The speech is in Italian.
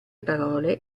parole